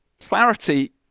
Clarity